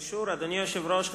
התשס”ט